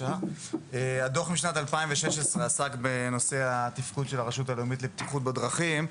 הדוח משנת 2016 עסק בנושא התפקוד של הרשות הלאומית לבטיחות בדרכים,